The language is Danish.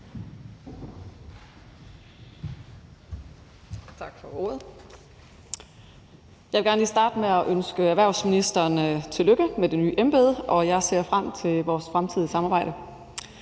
Tak for ordet. Jeg vil gerne lige starte med at ønske erhvervsministeren tillykke med det nye embede, og jeg ser frem til vores fremtidige samarbejde.